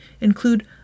include